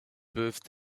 peuvent